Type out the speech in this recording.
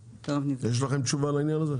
יש לכם תשובה לעניין הזה?